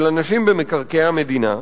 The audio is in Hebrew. של אנשים במקרקעי המדינה,